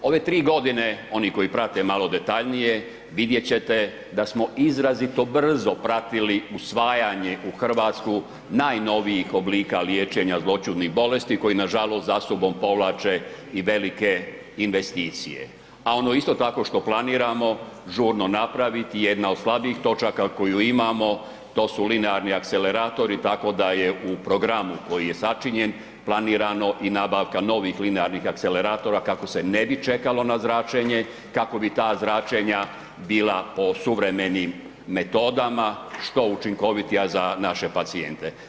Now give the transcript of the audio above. Ove 3 godine, oni koji prate malo detaljnije, vidjet ćete da smo izrazito brzo pratili usvajanje u Hrvatsku najnovijih oblika liječenja od zloćudnih bolesti koji nažalost za sobom povlače i velike investicije, a ono isto tako, što planiramo žurno napraviti, jedna od slabijih točaka koju imamo, to su linearni akceleratori, tako da je u programu koji je sačinjen, planirano i nabavka novih linearnih akceleratora, kako se ne bi čekalo na zračenje, kako bi ta zračenja bila po suvremenim metodama, što učinkovitija za naše pacijente.